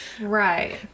Right